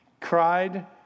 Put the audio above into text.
cried